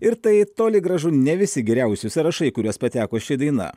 ir tai toli gražu ne visi geriausi sąrašai į kuriuos pateko ši daina